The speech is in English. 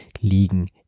liegen